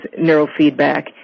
neurofeedback